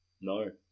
no